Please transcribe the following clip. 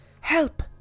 Help